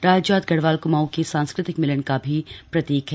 राजजात गढ़वाल क्माऊं के सांस्कृतिक मिलन का भी प्रतीक है